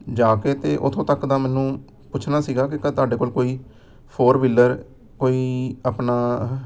ਜਾ ਕੇ ਅਤੇ ਉੱਥੋਂ ਤੱਕ ਦਾ ਮੈਨੂੰ ਪੁੱਛਣਾ ਸੀਗਾ ਕਿ ਕ ਤੁਹਾਡੇ ਕੋਲ ਕੋਈ ਫੋਰ ਵੀਲਰ ਕੋਈ ਆਪਣਾ